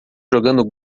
jogando